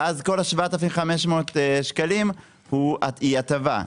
ואז כל ה-7,500 ₪ הם הטבה.